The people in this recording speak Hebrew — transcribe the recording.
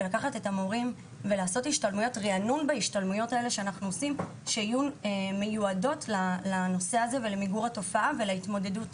ולעשות השתלמויות ריענון למורים שמיועדות למיגור התופעה ולהתמודדות